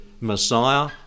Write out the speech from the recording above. Messiah